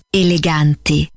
eleganti